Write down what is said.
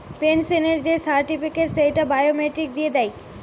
পেনসনের যেই সার্টিফিকেট, সেইটা বায়োমেট্রিক দিয়ে দেয়